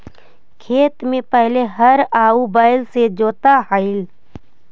खेत में पहिले हर आउ बैल से जोताऽ हलई